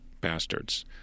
bastards